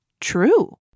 true